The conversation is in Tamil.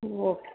ஓ